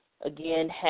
Again